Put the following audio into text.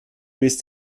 ist